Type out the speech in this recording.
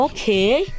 Okay